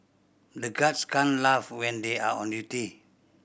the guards can laugh when they are on duty